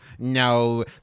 No